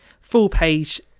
full-page